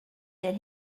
that